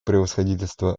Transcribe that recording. превосходительство